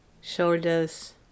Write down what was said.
shoulders